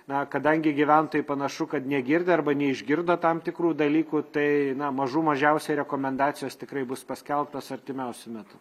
na kadangi gyventojai panašu kad negirdi arba neišgirdo tam tikrų dalykų tai na mažų mažiausiai rekomendacijos tikrai bus paskelbtos artimiausiu metu